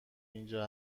اینجا